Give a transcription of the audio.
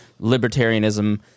libertarianism